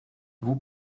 vous